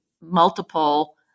multiple